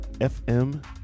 FM